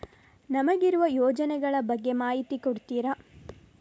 ನಮಗಿರುವ ಯೋಜನೆಗಳ ಬಗ್ಗೆ ಮಾಹಿತಿ ಕೊಡ್ತೀರಾ?